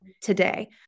today